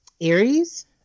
Aries